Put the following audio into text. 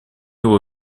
его